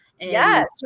Yes